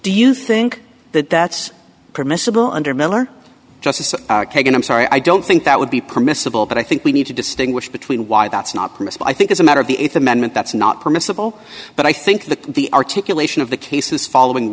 do you think that that's permissible under miller justice kagan i'm sorry i don't think that would be permissible but i think we need to distinguish between why that's not permissible i think as a matter of the th amendment that's not permissible but i think that the articulation of the cases following